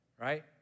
Right